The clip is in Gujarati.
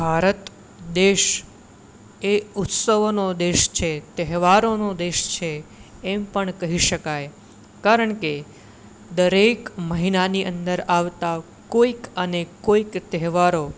ભારત દેશ એ ઉત્સવોનો દેશ છે તહેવારોનો દેશ છે એમ પણ કહી શકાય કારણકે દરેક મહિનાની અંદર આવતા કોઈક અને કોઈક તહેવારો